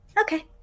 Okay